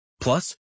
Plus